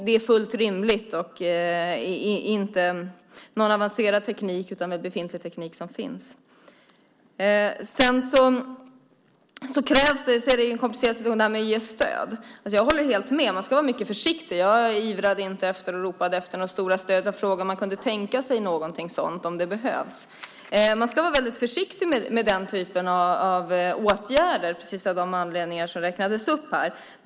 Det är fullt rimligt och inte med någon avancerad teknik utan med befintlig teknik. Jag håller helt med om att man ska vara mycket försiktig med stöd. Jag ivrade inte och ropade inte efter några stora stöd, utan jag frågade om man kunde tänka sig någonting sådant om det behövs. Man ska vara väldigt försiktig med den typen av åtgärder, precis av de anledningar som räknades upp här.